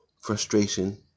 frustration